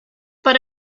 but